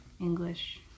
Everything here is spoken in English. English